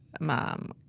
mom